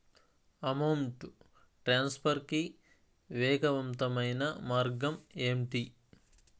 amount transfer కి వేగవంతమైన మార్గం ఏంటి